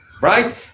right